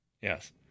yes